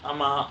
ஆமா:aama